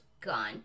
gone